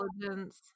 Intelligence